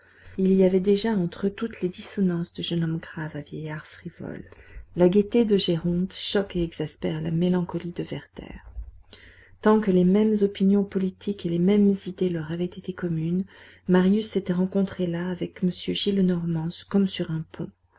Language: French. il y avait déjà entre eux toutes les dissonances de jeune homme grave à vieillard frivole la gaîté de géronte choque et exaspère la mélancolie de werther tant que les mêmes opinions politiques et les mêmes idées leur avaient été communes marius s'était rencontré là avec m gillenormand comme sur un pont